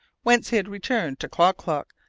whence he had returned to klock-klock,